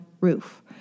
roof